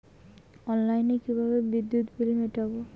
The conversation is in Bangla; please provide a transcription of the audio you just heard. অনলাইনে কিভাবে বিদ্যুৎ বিল মেটাবো?